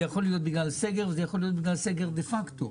זה יכול להיות בגלל סגר או בגלל סגר דה פקטו,